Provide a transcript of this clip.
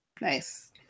Nice